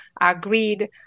agreed